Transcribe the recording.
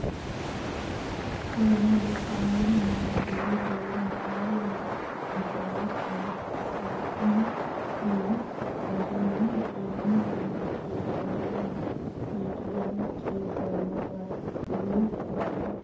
कोनो दुकान या बड़े बड़े मॉल में जायके सापिग के करई लेन देन के करे मे पेटीएम के बरोबर उपयोग होथे